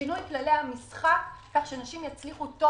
שינוי כללי המשחק כך שנשים יצליחו טוב